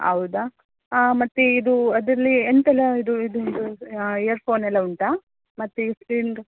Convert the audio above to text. ಹೌದಾ ಹಾಂ ಮತ್ತು ಇದು ಅದ್ರಲ್ಲಿ ಎಂತೆಲ್ಲ ಇದು ಇದು ಉಂಟು ಹಾಂ ಇಯರ್ಫೋನೆಲ್ಲ ಉಂಟಾ ಮತ್ತು